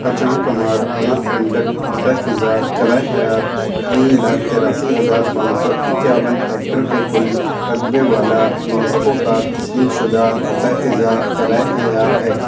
اچانکمار امرکنٹک متحفظہ کرہ حیات تین لاکھ تراسی ہزار پانچ سو اکیاون ہیکٹر کے کل رقبے والا یونیسکو کا تسلیم شدہ متحفظہ کرہ حیات ہے